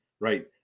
right